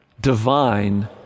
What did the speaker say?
Divine